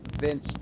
Vince